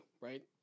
right